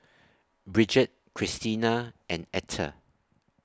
Brigette Cristina and Ether